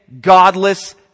godless